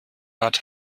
bad